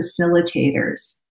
facilitators